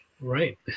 Right